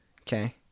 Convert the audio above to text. Okay